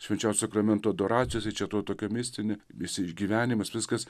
švenčiausiojo sakramento adoracijos čia to tokio mistinio visi išgyvenimas viskas